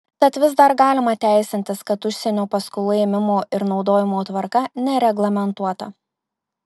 tad vis dar galima teisintis kad užsienio paskolų ėmimo ir naudojimo tvarka nereglamentuota